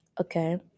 Okay